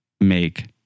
make